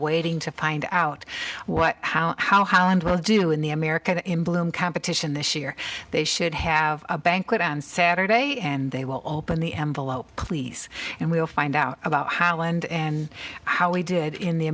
waiting to find out what how how how and will do in the america in bloom competition this year they should have a banquet on saturday and they will open the envelope please and we'll find out about how and how we did in the